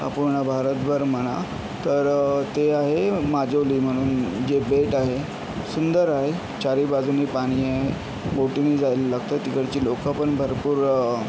पूर्ण भारतभर म्हणा तर ते आहे माजोली म्हणून जे बेट आहे सुंदर आहे चारी बाजूंनी पाणी आहे बोटीने जायला लागतं तिकडची लोकं पण भरपूर